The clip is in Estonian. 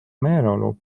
meeleolu